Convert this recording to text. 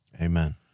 Amen